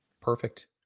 Perfect